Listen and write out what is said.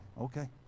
okay